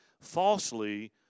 falsely